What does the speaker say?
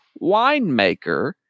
winemaker